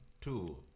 Two